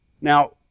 Now